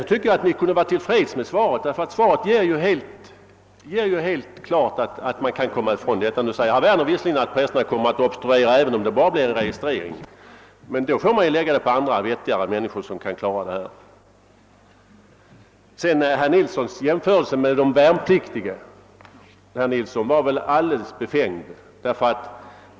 Jag tycker att ni skulle vara till freds med svaret; det gör helt klart att problemet kan lösas. Herr Werner anser visserligen att präster kommer att obstruera även om det blir en registrering. Men i så fall får man lägga den på andra, vettigare människor som kan klara saken. Herr Nilssons i Agnäs jämförelse med de värnpliktiga var väl ändå befängd.